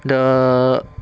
the